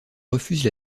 refusent